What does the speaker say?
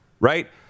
Right